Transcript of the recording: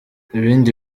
ibindi